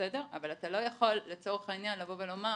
אבל אתה לא יכול לצורך העניין לבוא ולומר